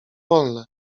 wolne